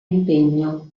impegno